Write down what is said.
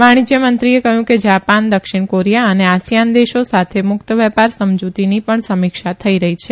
વાણીજય મંત્રીએ કહયું કે જાપાન દક્ષિણ કોરીયા અને આસિયાન દેશો સાથે મુકત વ્યાપાર સમજીતીની પણ સમીક્ષા થઇ રહી છે